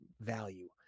value